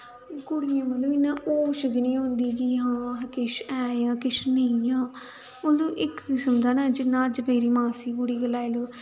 कुड़ियां मतलब इ'यां होश गै नी होंदी कि हां अस किश ऐ आं किश नेईं आं मतलब इक किसम दा जियां अज्ज मेरी मासी दी कुड़ी गै लाई लैओ